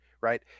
Right